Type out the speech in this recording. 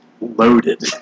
loaded